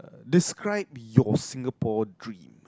describe your Singapore dream